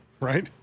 Right